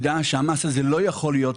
המס הזה הוא לא הגיוני,